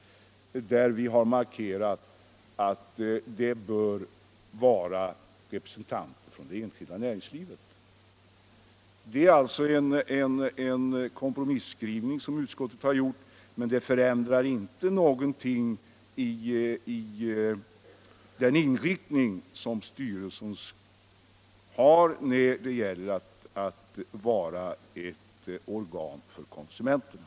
Vi har där markerat att det bör vara representanter för det enskilda näringslivet. Det är alltså en kompromisskrivning som utskottet har gjort, men det förändrar självklart ingenting i styrelsens inriktning som ett organ för konsumenterna.